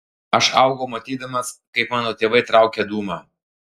aš augau matydamas kaip mano tėvai traukia dūmą